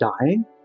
dying